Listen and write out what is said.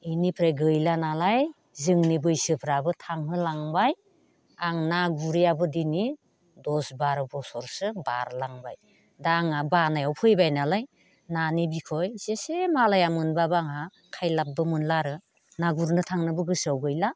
बेनिफ्राय गैला नालाय जोंनि बैसोफ्राबो थांहोलांबाय आं ना गुरियाबो दिनै दस बार' बोसोरसो बारलांबाय दा आङो बानायाव फैबाय नालाय नानि बिखय जेसे मालाया मोनबाबो आंहा खायलाबबो मोनला आरो ना गुरनो थांनोबो गोसोआव गैला